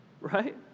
Right